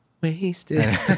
Wasted